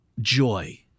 joy